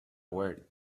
weird